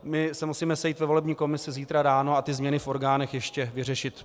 My se musíme sejít ve volební komisi zítra ráno a ty změny v orgánech ještě vyřešit.